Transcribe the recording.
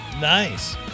nice